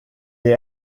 est